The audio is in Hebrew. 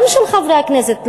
גם של חברי הכנסת,